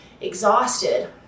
exhausted